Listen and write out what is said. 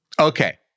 Okay